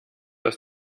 aus